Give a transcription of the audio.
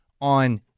on